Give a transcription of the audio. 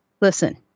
Listen